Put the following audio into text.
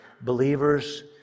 believers